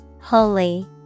Holy